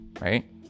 right